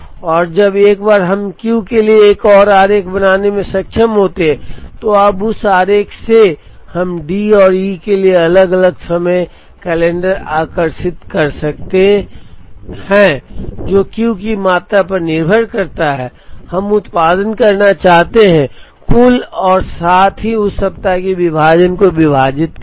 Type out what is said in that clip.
और एक बार जब हम क्यू के लिए एक और आरेख बनाने में सक्षम होते हैं तो अब उस आरेख से हम डी और ई के लिए अलग अलग समय कैलेंडर आकर्षित कर सकते हैं जो क्यू की मात्रा पर निर्भर करता है कि हम उत्पादन करना चाहते हैं कुल और साथ ही उस सप्ताह के विभाजन को विभाजित करें